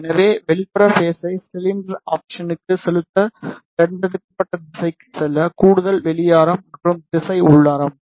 எனவே வெளிப்புறக் பேஸை சிலிண்டர் அப்சனுக்கு செலுத்த தேர்ந்தெடுக்கப்பட்ட திசைக்குச் செல்ல கூடுதல் வெளி ஆரம் மற்றும் திசை உள் ஆரம்